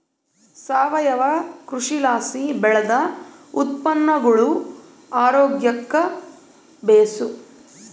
ಸಾವಯವ ಕೃಷಿಲಾಸಿ ಬೆಳ್ದ ಉತ್ಪನ್ನಗುಳು ಆರೋಗ್ಯುಕ್ಕ ಬೇಸು